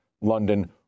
London